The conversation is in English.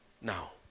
Now